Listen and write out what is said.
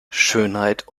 schönheit